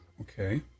Okay